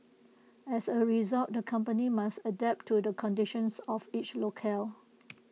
as A result the company must adapt to the conditions of each locale